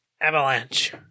Avalanche